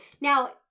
Now